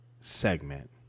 segment